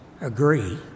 agree